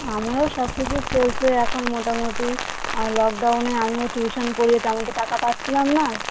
আমারও সব কিছু চলছে এখন মোটামোটি আর লকডাউনে আমিও টিউশান পড়িয়ে আমি তো টাকা পাচ্ছিলাম না